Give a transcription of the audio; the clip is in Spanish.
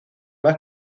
más